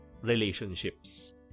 relationships